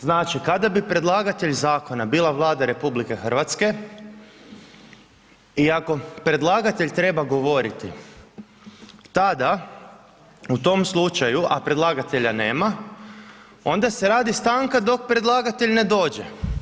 Znači kada bi predlagatelj zakona bila Vlada RH i ako predlagatelj treba govoriti tada u tom slučaju a predlagatelja nema onda se radi stanka dok predlagatelj ne dođe.